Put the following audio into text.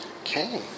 Okay